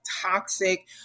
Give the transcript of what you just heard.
toxic